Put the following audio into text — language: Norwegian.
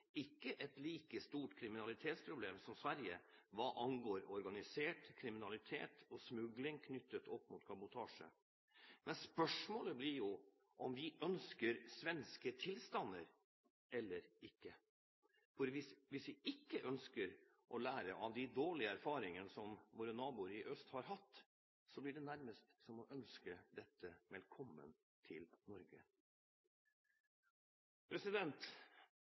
ikke et like stort kriminalitetsproblem som Sverige hva angår organisert kriminalitet og smugling knyttet opp mot kabotasje, men spørsmålet blir om vi ønsker svenske tilstander eller ikke. Hvis vi ikke ønsker å lære av de dårlige erfaringene som våre naboer i øst har hatt, blir det nærmest som å ønske dette velkommen til